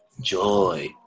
Joy